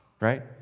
right